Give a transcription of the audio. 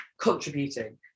contributing